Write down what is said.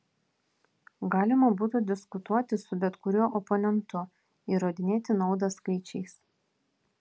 galima būtų diskutuoti su bet kuriuo oponentu įrodinėti naudą skaičiais